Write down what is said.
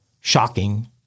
shocking